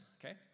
okay